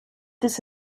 this